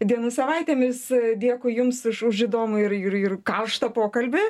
dienų savaitėmis dėkui jums už įdomų ir ir ir karštą pokalbį